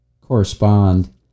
correspond